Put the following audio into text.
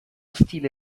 stile